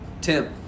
Tim